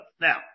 Now